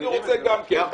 אני רוצה גם כן.